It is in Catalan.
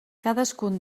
cadascun